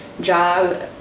job